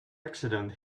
accident